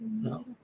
No